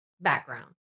background